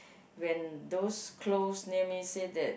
when those close near me say that